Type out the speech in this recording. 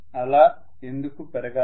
అది ఎందుకు పెరగాలి